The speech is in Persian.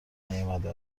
نیامده